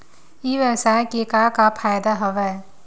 ई व्यवसाय के का का फ़ायदा हवय?